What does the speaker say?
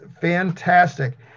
fantastic